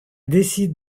décide